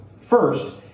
First